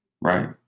right